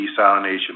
desalination